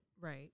Right